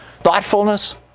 thoughtfulness